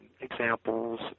examples